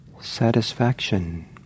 satisfaction